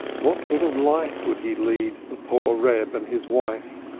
what sort of life would he lead the poor reb and his wife?